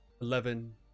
eleven